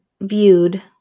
viewed